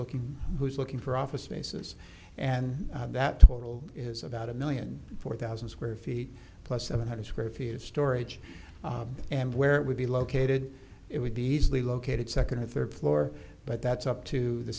looking who's looking for office spaces and that total is about a million four thousand square feet plus seven hundred square feet of storage and where it would be located it would be easily located second or third floor but that's up to the